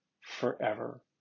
forever